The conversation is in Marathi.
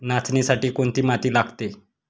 नाचणीसाठी कोणती माती लागते?